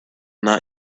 not